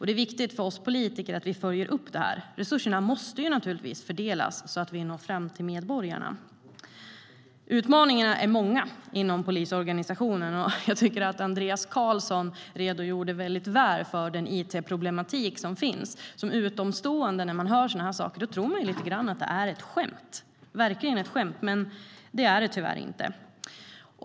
Det är viktigt för oss politiker att vi följer upp detta. Resurserna måste naturligtvis fördelas så att vi når fram till medborgarna. Utmaningarna är många inom polisorganisationen. Jag tycker att Andreas Carlson redogjorde väldigt väl för den it-problematik som finns. När man som utomstående hör sådana saker tror man lite grann att det är ett skämt, men det är det tyvärr inte.